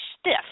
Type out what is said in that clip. stiff